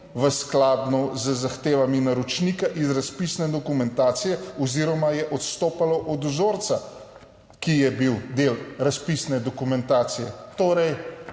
v skladu z zahtevami naročnika iz razpisne dokumentacije oziroma je odstopalo od vzorca, ki je bil del razpisne dokumentacije. Torej,